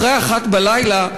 אחרי 01:00,